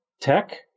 Tech